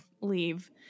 leave